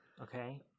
Okay